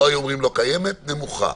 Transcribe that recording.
לא היו אומרים לא קיימת, נמוכה.